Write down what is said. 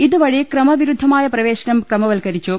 ഇത് വഴി ക്രമവിരുദ്ധമായ പ്രവേശനം ക്രമവത്ക്കരി ച്ചു